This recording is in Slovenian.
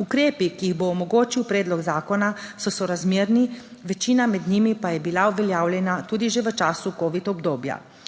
Ukrepi, ki jih bo omogočil predlog zakona, so sorazmerni. Večina med njimi pa je bila uveljavljena tudi že v času covid obdobja.